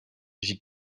j’y